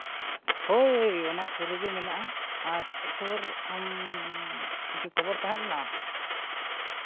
ᱦᱳᱭ ᱚᱱᱟ ᱥᱩᱨ ᱨᱮᱜᱮ ᱢᱮᱱᱟᱜᱼᱟ ᱟᱨ ᱪᱮᱫ ᱠᱷᱚᱵᱚᱨ ᱟᱢ ᱠᱤᱪᱷᱩ ᱠᱷᱚᱵᱚᱨ ᱛᱟᱦᱮᱸ ᱞᱮᱱᱟ